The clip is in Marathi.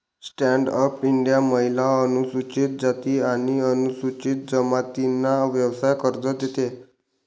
स्टँड अप इंडिया महिला, अनुसूचित जाती आणि अनुसूचित जमातींना व्यवसाय कर्ज देते